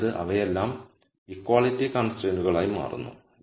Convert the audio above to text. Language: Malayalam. അതായത് അവയെല്ലാം ഇക്വാളിറ്റി കൺസ്ട്രൈയ്ന്റുകളായി മാറുന്നു